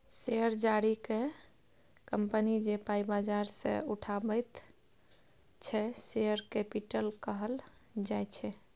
share जारी कए company जे पाइ बजार सँ उठाबैत छै शेयर कैपिटल कहल जाइ छै